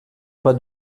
pas